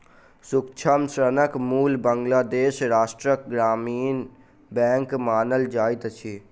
सूक्ष्म ऋणक मूल बांग्लादेश राष्ट्रक ग्रामीण बैंक मानल जाइत अछि